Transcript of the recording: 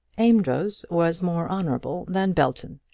amedroz was more honourable than belton,